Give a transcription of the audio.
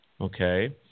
Okay